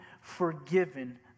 forgiven